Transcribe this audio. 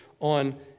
on